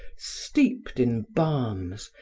steeped in balms,